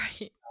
right